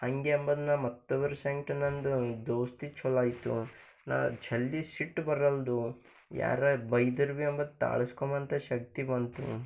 ಹಂಗೆ ಅಂಬದು ನಾ ಮತ್ತೊಬ್ಬರ ಸಂಗ್ಟ ನನ್ನದು ದೋಸ್ತಿದ ಛಲೋ ಆಯಿತು ನಂಗೆ ಜಲ್ದಿ ಸಿಟ್ಟು ಬರವಲ್ದು ಯಾರಾರ ಬೈದ್ರೂ ಮತ್ತು ತಾಳ್ಸ್ಕೊವಂಥ ಶಕ್ತಿ ಬಂತು